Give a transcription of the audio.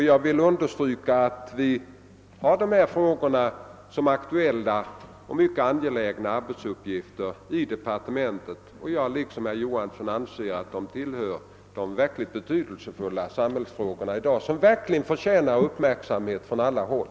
Jag vill understryka att vi inom departementet betraktar dessa frågor såsom aktuella och mycket angelägna arbetsuppgifter. Liksom herr Johansson anser jag att de tillhör de mycket betydelsefulla samhällsproblem som i dag förtjänar uppmärksamhet från alla håll.